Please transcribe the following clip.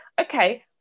okay